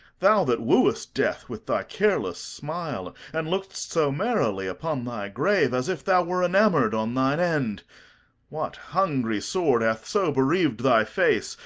thou that wooest death with thy careless smile, and lookst so merrily upon thy grave, as if thou were enamored on thine end what hungry sword hath so bereaved thy face,